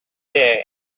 day